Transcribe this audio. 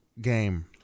game